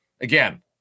again